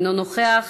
אינו נוכח,